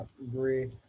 agree